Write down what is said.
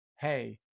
hey